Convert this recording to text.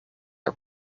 are